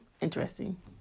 Interesting